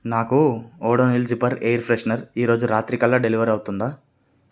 నాకు Odonil zipper air freshener ఈరోజు రాత్రికల్లా డెలివర్ అవుతుందా